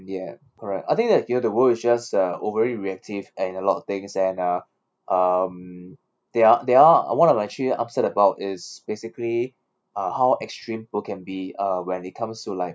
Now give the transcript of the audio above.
ya correct I think that ya the world is just uh overly reactive and a lot of things and uh um they are they are one of I actually upset about is basically uh how extreme people can be uh when it comes to like